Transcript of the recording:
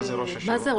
מה זה ראש השירות?